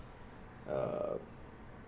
um